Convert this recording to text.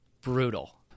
Brutal